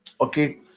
Okay